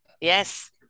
Yes